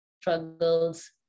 struggles